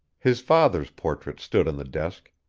his father's portrait stood on the desk,